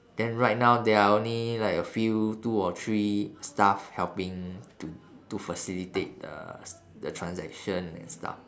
then right now there are only like a few two or three staff helping to to facilitate the the s~ the transaction and stuff